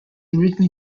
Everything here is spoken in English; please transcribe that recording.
originally